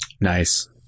nice